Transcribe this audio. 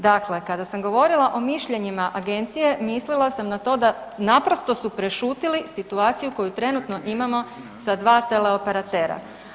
Dakle, kada sam govorila o mišljenjima agencije mislila sam na to da naprosto su prešutjeli situaciju koju trenutno imamo sa dva teleoperatera.